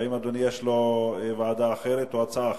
האם אדוני יש לו ועדה אחרת או הצעה אחרת?